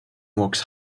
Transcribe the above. works